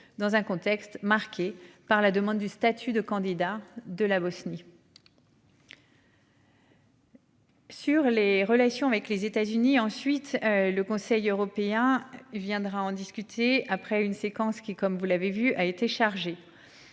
dans un contexte marqué par la demande du statut de candidat de la Bosnie. Sur les relations avec les États-Unis. Ensuite le Conseil européen il viendra en discuter après une séquence qui comme vous l'avez vu a été chargé.